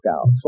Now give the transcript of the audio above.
out